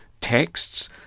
texts